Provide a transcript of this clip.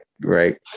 right